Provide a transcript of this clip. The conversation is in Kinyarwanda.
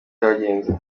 cyagenze